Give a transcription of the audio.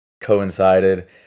coincided